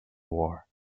war